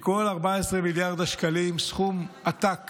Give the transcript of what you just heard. כי כל 14 מיליארד השקלים, סכום עתק